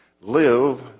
live